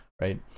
right